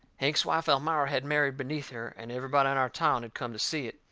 hank's wife, elmira, had married beneath her, and everybody in our town had come to see it,